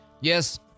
Yes